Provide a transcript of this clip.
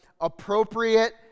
appropriate